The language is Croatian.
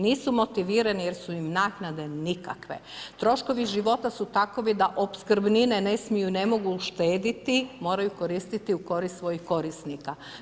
Nisu motivirani jer su nam naknade nikakve, troškovi života su takovi da opskrbnine ne smiju i ne mogu štedjeti moraju koristiti u korist svojih korisnika.